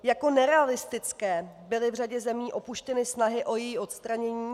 Jako nerealistické byly v řadě zemí opuštěny snahy o její odstranění.